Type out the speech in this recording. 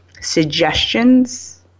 suggestions